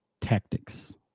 tactics